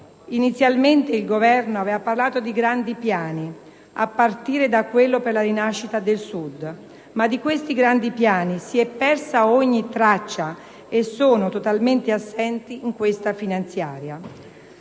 Inizialmente il Governo aveva parlato di grandi piani, a partire da quello per la rinascita del Sud, ma di questi grandi piani si è persa ogni traccia e sono totalmente assenti in questa finanziaria.